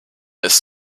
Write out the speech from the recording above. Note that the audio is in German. ist